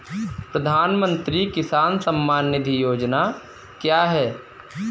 प्रधानमंत्री किसान सम्मान निधि योजना क्या है?